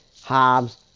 Hobbs